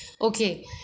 okay